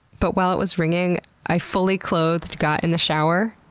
but while it was ringing i fully-clothed got in the shower,